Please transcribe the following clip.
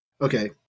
Okay